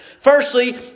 Firstly